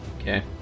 Okay